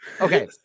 okay